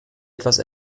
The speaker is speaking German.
etwas